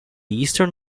eastern